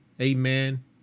amen